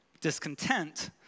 discontent